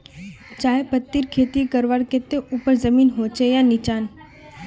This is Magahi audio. चाय पत्तीर खेती करवार केते ऊपर जमीन होचे या निचान?